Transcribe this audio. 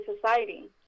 society